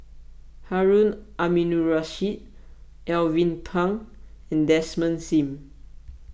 Harun Aminurrashid Alvin Pang and Desmond Sim